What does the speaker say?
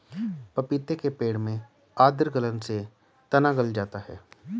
पपीते के पेड़ में आद्र गलन से तना गल जाता है